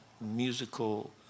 musical